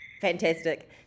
Fantastic